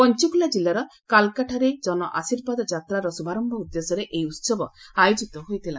ପଞ୍ଚକୁଲା ଜିଲ୍ଲାର କାଲ୍କାଠାରେ କନ ଆଶୀର୍ବାଦ ଯାତ୍ରାର ଶୁଭାରମ୍ଭ ଉଦ୍ଦେଶ୍ୟରେ ଏହି ଉତ୍ସବ ଆୟୋଜିତ ହୋଇଥିଲା